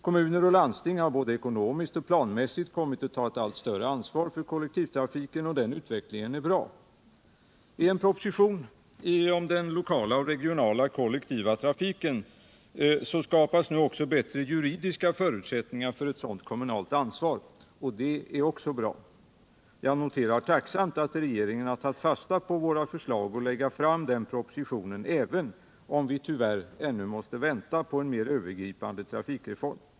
Kommuner och landsting har både ekonomiskt och planmässigt kommit att ta ett allt större ansvar för kollektivtrafiken. Den utvecklingen är bra. I en proposition om den lokala och regionala kollektiva persontrafiken skapas nu också bättre juridiska förutsättningar för ett sådant kommunalt ansvar. Det är också bra. Jag noterar tacksamt att regeringen har tagit fasta på våra förslag att lägga fram den propositionen även om vi tyvärr ännu måste vänta på en mer övergripande trafikreform.